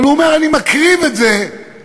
אבל הוא אומר: אני מקריב את זה כדי